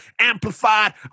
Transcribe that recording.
amplified